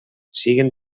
siguen